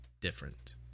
different